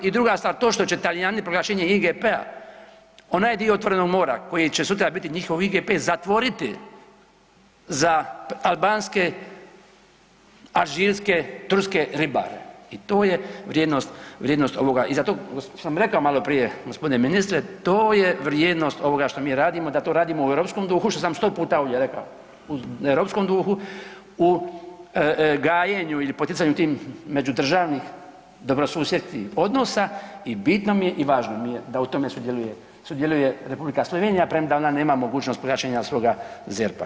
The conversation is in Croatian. I druga stvar, to što će Talijani proglašenje IGP-a, onaj dio otvorenog mora koji će sutra biti njihov IGP zatvoriti za albanske, alžirske, turske ribare i to je vrijednost, vrijednost ovoga i zato sam rekao maloprije g. ministre, to je vrijednost ovoga što mi radimo da to radimo u europskom duhu što sam 100 puta ovdje rekao na europskom duhu u gajenju ili poticanju tih međudržavnih dobrosusjednih odnosa i bitno mi je i važno mi je da u tome sudjeluje, sudjeluje Republika Slovenija premda ona nema mogućnost proglašenja svoga ZERP-a.